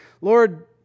Lord